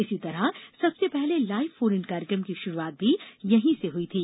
इसी तरह सबसे पहले लाइव फोन इन कार्यक्रम की शुरुआत भी यहीं से हुई थी